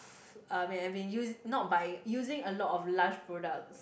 I mean I mean use not buying using a lot of Lush products